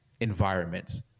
environments